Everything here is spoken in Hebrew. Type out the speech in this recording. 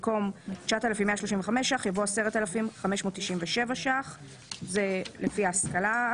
במקום "9,135 שקלים חדשים" יבוא "10,597 שקלים חדשים"; זה לפי ההשכלה,